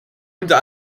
unter